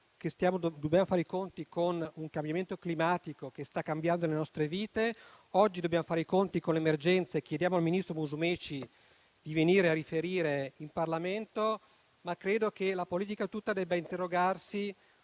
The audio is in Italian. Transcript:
dobbiamo fare i conti con un cambiamento climatico che sta modificando le nostre vite. Oggi dobbiamo fare i conti con l'emergenza e chiediamo al ministro Musumeci di venire a riferire in Parlamento, ma credo che la politica tutta debba interrogarsi